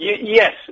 Yes